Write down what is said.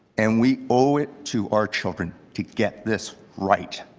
and we owe it to our children to get this right.